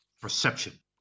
perception